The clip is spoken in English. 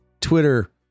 Twitter